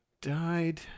died